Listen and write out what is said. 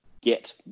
get